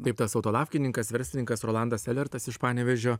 taip tas autolafkininkas verslininkas rolandas elertas iš panevėžio